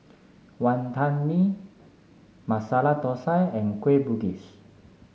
Wantan Mee Masala Thosai and Kueh Bugis